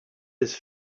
his